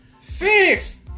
Phoenix